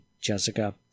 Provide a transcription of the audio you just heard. Jessica